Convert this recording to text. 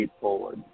forward